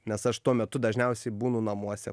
nes aš tuo metu dažniausiai būnu namuose